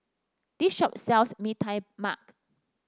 this shop sells Mee Tai Mak